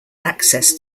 access